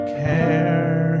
care